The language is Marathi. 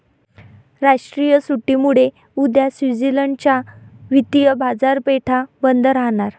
राष्ट्रीय सुट्टीमुळे उद्या स्वित्झर्लंड च्या वित्तीय बाजारपेठा बंद राहणार